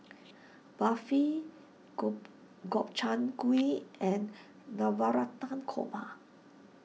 Barfi Gobchang Gui and Navratan Korma